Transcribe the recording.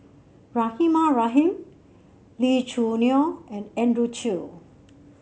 Rahimah Rahim Lee Choo Neo and Andrew Chew